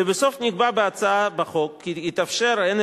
טענותיה בכתב כחלופה להתייצבות בפני